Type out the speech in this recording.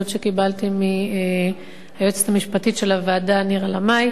אני רוצה להודות למנהלת הוועדה,